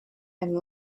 and